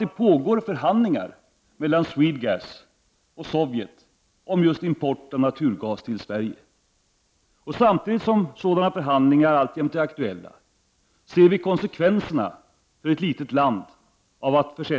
Det pågår förhandlingar mellan Swedegas och Sovjet om import av naturgas till Sverige. Samtidigt som sådana förhandlingar alltjämt är aktuella ser vi konsekvenserna för ett litet land av att vara i ett beroendeförhållande till Sovjet när det gäller leveranser av naturgas. Litauen känner i dag utomordentligt påtagligt att Sovjet genom Litauens beroende av naturgas kan utöva stark politisk påtryckning på landet.